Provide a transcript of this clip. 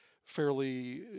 fairly